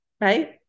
right